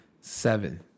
seven